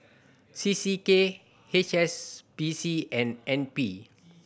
C C K H S B C and N P